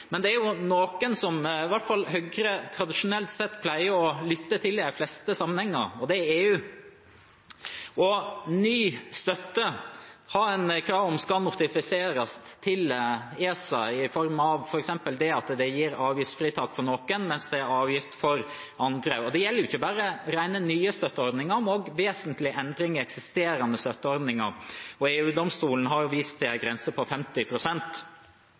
Men det er jo noen som Høyre, i hvert fall tradisjonelt sett, pleier å lytte til i de fleste sammenhenger, og det er EU. Når det gjelder ny støtte, er det krav om at den skal notifiseres til ESA, f.eks. i form av at det gis avgiftsfritak for noen, mens det er avgift for andre. Det gjelder ikke bare rene nye støtteordninger, men også vesentlige endringer i eksisterende støtteordninger. EU-domstolen har vist til en grense på